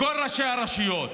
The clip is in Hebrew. לכל ראשי הרשויות,